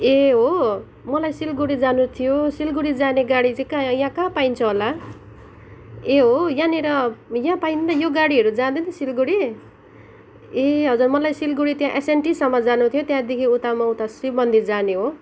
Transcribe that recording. ए हो मलाई सिलगढी जानु थियो सिलगढी जाने गाडी चाहिँ कहाँ यहाँ कहाँ पाइन्छ होला ए हो यहाँनिर यहाँ पाइन्न यो गाडीहरू जाँदैन सिलगढी ए हजुर मलाई सिलगढी त्यहाँ एसएनटीसम्म जानु थियो त्यहाँदेखि उता म उता शिवमन्दिर जाने हो